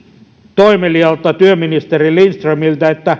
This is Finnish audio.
toimeliaalta työministeri lindströmiltä